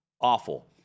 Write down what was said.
Awful